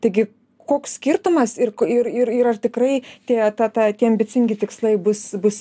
taigi koks skirtumas ir ir ir ir ar tikrai tie ta ta tie ambicingi tikslai bus bus